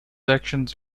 actions